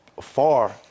far